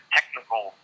technical